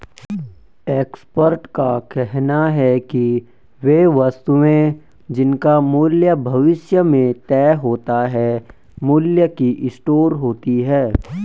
expert का कहना है कि वे वस्तुएं जिनका मूल्य भविष्य में तय होता है मूल्य की स्टोर होती हैं